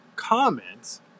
comments